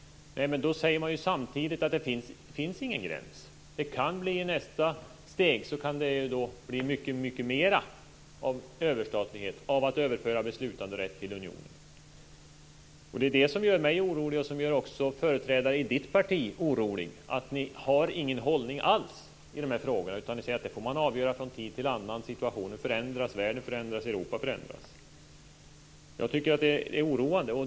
Men då säger man samtidigt att det inte finns någon gräns. I nästa steg kan det bli mycket mer av överstatlighet, dvs. att överföra beslutanderätt till unionen. Det är ju det som gör både mig och också företrädare för Magnus Johanssons parti oroliga: Ni har ingen hållning alls i de här frågorna. Ni säger att man får avgöra detta från tid till annan; situationen förändras, världen förändras och Europa förändras. Jag tycker att det är oroande.